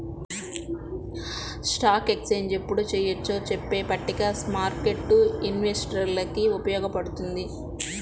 stock exchange ఎప్పుడు చెయ్యొచ్చో చెప్పే పట్టిక స్మార్కెట్టు ఇన్వెస్టర్లకి ఉపయోగపడుతుంది